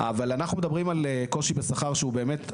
מדברים על קושי בשכר שהוא באמת עלוב,